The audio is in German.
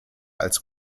als